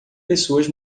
pessoas